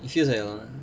it fills your lungs